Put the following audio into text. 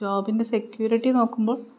ജോബിൻ്റെ സെക്യൂരിറ്റി നോക്കുമ്പോൾ